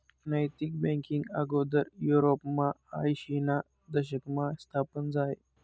नैतिक बँकींग आगोदर युरोपमा आयशीना दशकमा स्थापन झायं